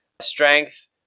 strength